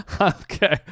Okay